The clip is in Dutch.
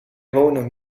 wonen